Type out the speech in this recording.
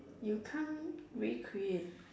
you can't recreate